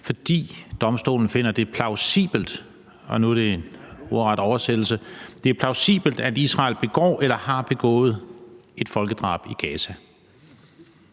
fordi domstolen finder det plausibelt – og det er en ordret oversættelse – at Israel begår eller har begået et folkedrab i Gaza.